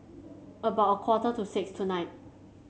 about a quarter to six tonight